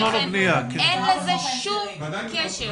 אין לזה שום קשר.